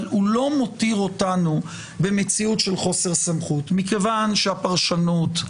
אבל הוא לא מותיר אותנו במציאות של חוסר סמכות מכיוון שהפרשנות,